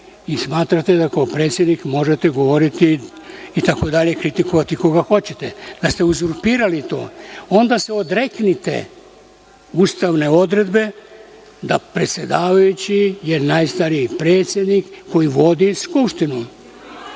i smatrate da kao predsednik možete govoriti, kritikovati koga god hoćete, da ste uzurpirali to. Onda se odreknite ustavne odredbe da je predsedavajući najstariji predsednik koji vodi Skupštinu.